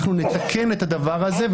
אנחנו נתקן את הדבר הזה,